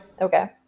okay